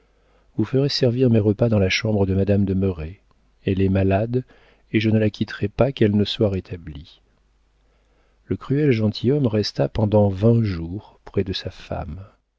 vous ferez servir mes repas dans la chambre de madame de merret elle est malade et je ne la quitterai pas qu'elle ne soit rétablie le cruel gentilhomme resta pendant vingt jours près de sa femme